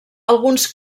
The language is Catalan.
alguns